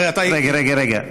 רגע, רגע.